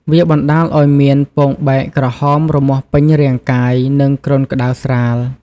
វាបណ្តាលឱ្យមានពងបែកក្រហមរមាស់ពេញរាងកាយ និងគ្រុនក្តៅស្រាល។